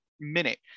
minute